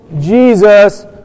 Jesus